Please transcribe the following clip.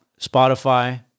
Spotify